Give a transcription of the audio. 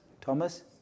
Thomas